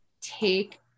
take